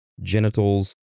genitals